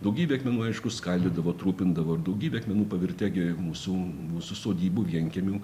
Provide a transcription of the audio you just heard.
daugybė akmenų aišku skaldydavo trumpindavo ir daugybė akmenų pavirtę gi mūsų mūsų sodybų vienkiemių